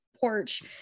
porch